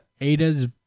Ada's